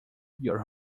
your